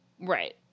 Right